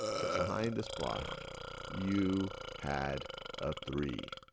that behind this blotch you had a three.